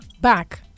back